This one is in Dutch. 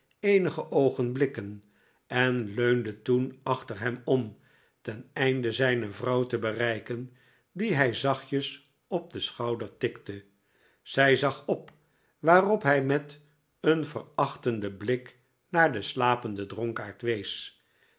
eenige oogenblikken en leunde toen achter hem om ten einde zijne vrouw te bereiken die hij zachtjes op den schouder tikte zij zag op waarop hij met een verachtenden blik naar den slapenden dronkaard wees